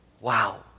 Wow